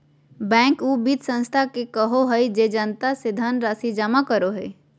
bank उ वित संस्था के कहो हइ जे जनता से धनराशि जमा करो हइ